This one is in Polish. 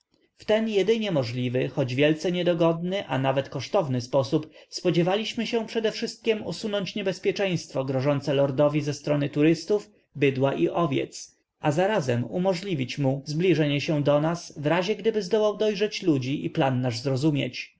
koła w ten jedynie możliwy choć wielce niedogodny a nawet kosztowny sposób spodziewaliśmy się przedewszystkiem usunąć niebezpieczeństwo grożące lordowi ze strony turystów bydła i owiec a zarazem umożliwić mu zbliżenie się do nas w razie gdyby zdołał dojrzeć ludzi i plan nasz zrozumieć